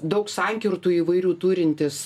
daug sankirtų įvairių turintis